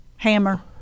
hammer